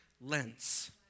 lens